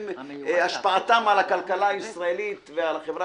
שהשפעתם על הכלכלה הישראלית ועל חברה